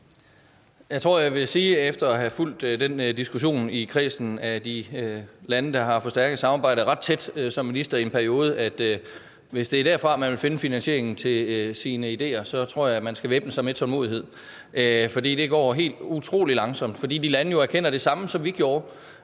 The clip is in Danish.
Jeg tror, jeg vil sige efter som minister at have fulgt diskussionen i kredsen af lande, der har et forstærket samarbejde, ret tæt i en periode, at hvis det er derfra, man vil finde finansieringen til sine ideer, så tror jeg, man skal væbne sig med tålmodighed, for det går helt utrolig langsomt. For de lande erkender jo det samme, som vi gjorde,